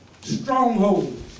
Strongholds